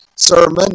sermon